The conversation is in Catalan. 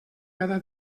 cada